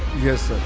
yes, sir.